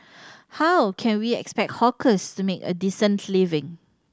how can we expect hawkers to make a decent living